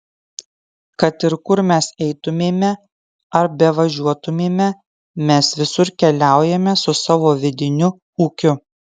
kad ir kur mes eitumėme ar bevažiuotumėme mes visur keliaujame su savo vidiniu ūkiu